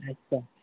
okay sir